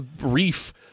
reef